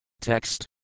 Text